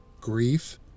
grief